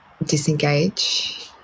disengage